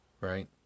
right